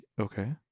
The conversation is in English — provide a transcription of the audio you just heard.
Okay